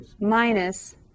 minus